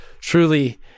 truly